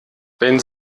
wenn